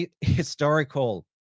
historical